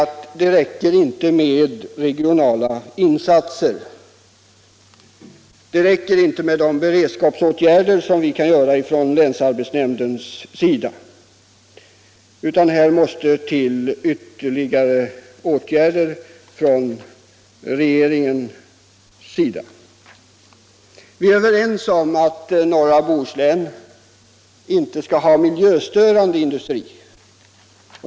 Det räcker emellertid inte med regionala insatser, det räcker inte med de beredskapsåtgärder som länsarbetsnämnden kan vidta, utan ytterligare åtgärder måste vidtas centralt. Vi är överens om att norra Bohuslän inte skall ha någon miljöstörande industri.